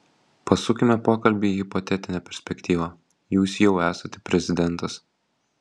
pasukime pokalbį į hipotetinę perspektyvą jūs jau esate prezidentas